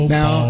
Now